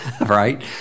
right